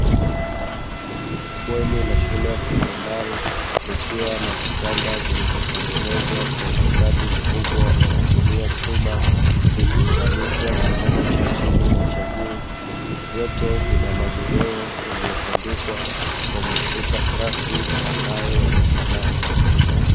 Bweni la shule ya sekondari likiwa na vitanda vilivyotengenezwa kwa ustadi mkubwa wa kutumia chuma, vikiunganishwa kitanda cha chini na cha juu. Vyote vina magodoro yaliyotandikwa kwa mashuka safi ambayo yamefanana.